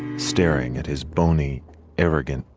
staring at his bony eragon,